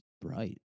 bright